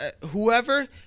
whoever